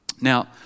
Now